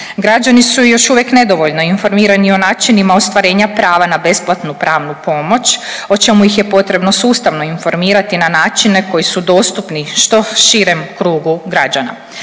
Građani su još uvijek nedovoljno informirani o načinima ostvarenja prava na besplatnu pravnu pomoć o čemu ih je potrebno sustavno informirati na načine koji su dostupni što širem krugu građana.